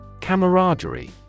Camaraderie